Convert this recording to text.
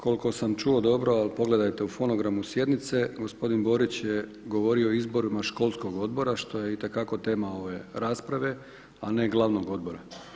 Koliko sam čuo dobro ali pogledajte u fonogramu sjednice gospodin Borić je govorio o izborima školskog odbora što je itekako tema ove rasprave a ne glavnog odbora.